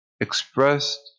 expressed